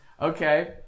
okay